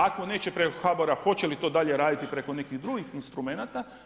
Ako neće preko HBOR-a hoće li to dalje raditi preko nekih drugih instrumenata.